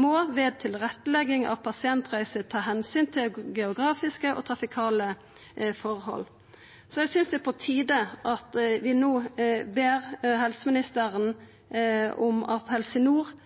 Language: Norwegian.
må ved tilrettelegging av pasientreise ta hensyn til geografiske og trafikale forhold.» Eg synest det er på tide at vi no ber helseministeren om at Helse Nord